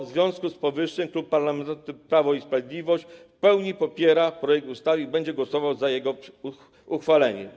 W związku z powyższym Klub Parlamentarny Prawo i Sprawiedliwość w pełni popiera projekt ustawy i będzie głosował za jego uchwaleniem.